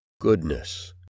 Goodness